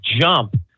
jump